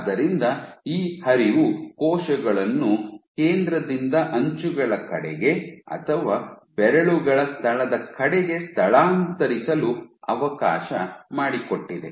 ಆದ್ದರಿಂದ ಈ ಹರಿವು ಕೋಶಗಳನ್ನು ಕೇಂದ್ರದಿಂದ ಅಂಚುಗಳ ಕಡೆಗೆ ಅಥವಾ ಬೆರಳುಗಳ ಸ್ಥಳದ ಕಡೆಗೆ ಸ್ಥಳಾಂತರಿಸಲು ಅವಕಾಶ ಮಾಡಿಕೊಟ್ಟಿದೆ